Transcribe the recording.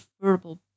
verbal